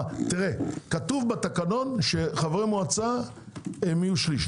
כתוב בתקנון שחבר מועצה יהיו שליש.